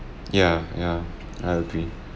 yeah yeah I agree